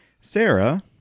Sarah